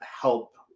help